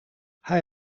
hij